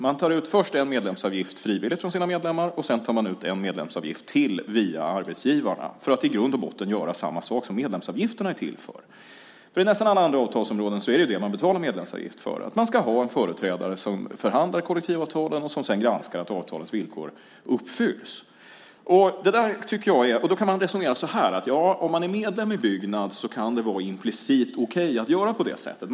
Först tar man ut en frivillig medlemsavgift från sina medlemmar, och sedan tar man ut en medlemsavgift till via arbetsgivarna för att i grund och botten göra samma sak som det medlemsavgifterna är till för. På nästan alla andra avtalsområden är det ju det man betalar medlemsavgift för, nämligen att man ska ha en företrädare som förhandlar om kollektivavtalen och sedan granskar att avtalens villkor uppfylls. Man kan resonera så här: Om man är medlem i Byggnads kan det vara implicit okej att göra på det sättet.